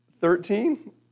thirteen